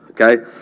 okay